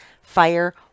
fire